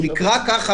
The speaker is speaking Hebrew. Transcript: הוא נקרא כך,